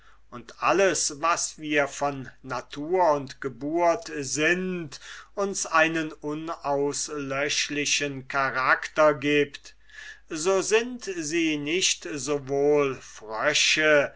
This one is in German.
und alles was wir von natur und geburt sind uns einen unauslöschlichen charakter gibt so sind sie nicht sowohl frösche